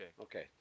Okay